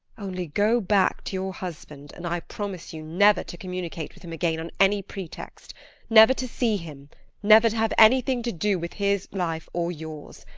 only go back to your husband, and i promise you never to communicate with him again on any pretext never to see him never to have anything to do with his life or yours.